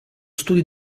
studio